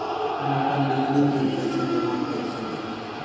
हम अपन बिजली बिल कैसे जमा कर सकेली?